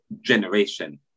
generation